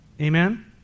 Amen